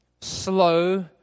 slow